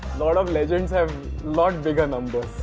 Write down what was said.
lot of legends have lot bigger number.